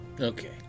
okay